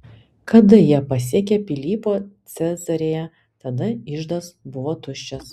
kada jie pasiekė pilypo cezarėją tada iždas buvo tuščias